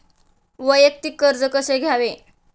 वैयक्तिक कर्ज कसे घ्यावे?